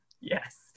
yes